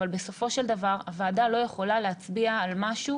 אבל בסופו של דבר הוועדה לא יכולה להצביע על משהו